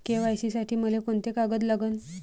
KYC साठी मले कोंते कागद लागन?